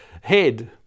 head